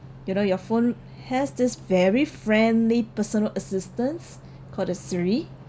you know your phone has this very friendly personal assistants called the siri